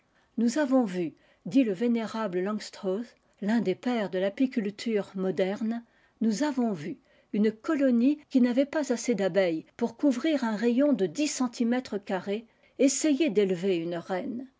nous avons vu dit le vénérable langstroth l'un des pères de l'apiculture moderne nous avons vu une coloi qni n'avait pas assez d'abeilles pour couvrir rayon de dix centimètres carrés essayer d'é l une reine